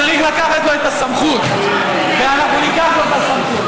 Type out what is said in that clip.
צריך לקחת לו את הסמכות ואנחנו ניקח לו את הסמכות.